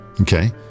Okay